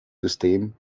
system